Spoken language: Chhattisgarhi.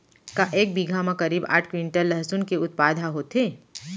का एक बीघा म करीब आठ क्विंटल लहसुन के उत्पादन ह होथे?